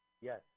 Yes